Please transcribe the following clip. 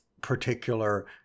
particular